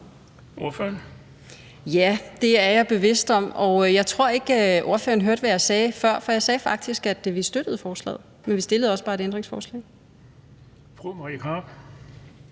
(NB): Ja, det er jeg bevidst om, og jeg tror ikke, at ordføreren hørte, hvad jeg sagde før, for jeg sagde faktisk, at vi støtter forslaget, men vi stiller bare også et ændringsforslag Kl. 16:38 Den fg.